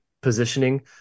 positioning